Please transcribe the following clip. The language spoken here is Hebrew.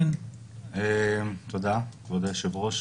כן תודה כבוד היושב ראש,